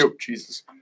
Jesus